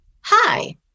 Hi